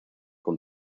con